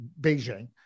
Beijing